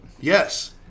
yes